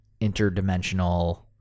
interdimensional